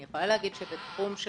אני יכולה להגיד שבתחום של